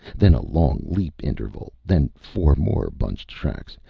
then a long leap interval, then four more bunched tracks,